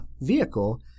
vehicle